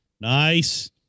Nice